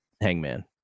hangman